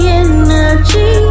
energy